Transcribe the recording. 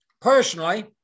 Personally